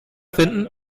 finden